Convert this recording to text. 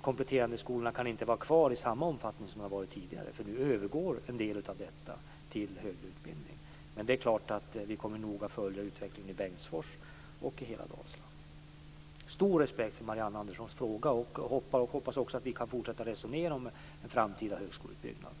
kompletterande skolorna inte kan vara kvar i samma omfattning som tidigare, eftersom en del av dem övergår till att ge högre utbildning. Det är dock klart att vi noga kommer att följa utvecklingen i Bengtsfors och i hela Jag känner stor respekt för Marianne Anderssons fråga, och jag hoppas att våra partier kan fortsätta att resonera om en framtida högskoleutbyggnad.